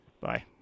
bye